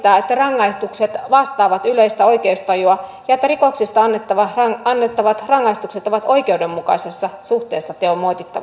että rangaistukset vastaavat yleistä oikeustajua ja että rikoksista annettavat annettavat rangaistukset ovat oikeudenmukaisessa suhteessa teon moitittavuuteen